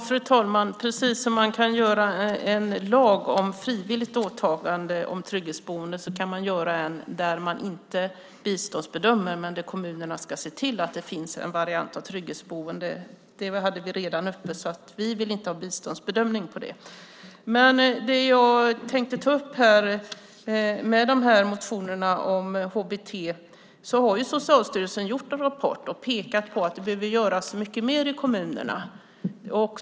Fru talman! Precis som man kan göra en lag om frivilligt åtagande om trygghetsboende kan man göra en där man inte biståndsbedömer, men där kommunerna ska se till att det finns en variant av trygghetsboende. Det hade vi redan uppe. Vi vill inte ha biståndsbedömning på detta. Det jag tänkte ta upp angående motionerna om HBT är att Socialstyrelsen har kommit med en rapport och pekat på att det behöver göras mycket mer i kommunerna.